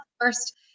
first